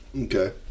Okay